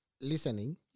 listening